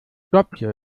skopje